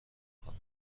کنم